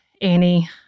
Annie